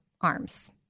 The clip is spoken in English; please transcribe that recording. arms